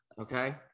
Okay